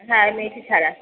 হ্যাঁ আর মেথি ছাড়া